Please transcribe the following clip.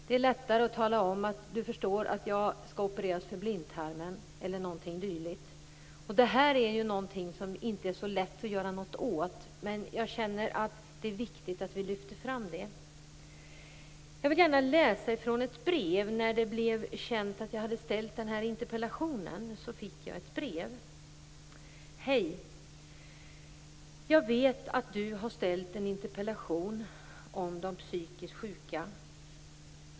Det är lättare att tala om att man skall opereras för blindtarmen eller någonting dylikt. Det är inte så lätt att göra någonting åt detta, men jag känner att det är viktigt att vi lyfter fram det. Jag vill gärna läsa ur ett brev. När det blev känt att jag hade framställt denna interpellation fick jag ett brev: "Hej! Jag vet att du har ställt en interpellation om de psykiskt sjuka.